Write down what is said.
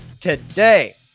today